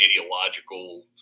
ideological